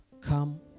come